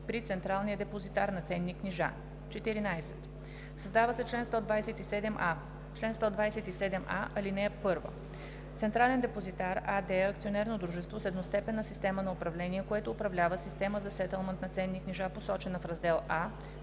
при централния депозитар на ценни книжа.“ 14. Създава се чл. 127а: „Чл. 127а. (1) „Централен депозитар“ АД е акционерно дружество с едностепенна система на управление, което управлява система за сетълмент на ценни книжа, посочена в раздел А,